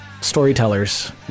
storytellers